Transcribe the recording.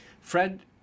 Fred